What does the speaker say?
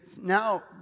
Now